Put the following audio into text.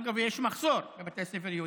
אגב, יש מחסור בבתי ספר יהודיים.